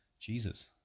Jesus